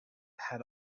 had